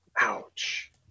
ouch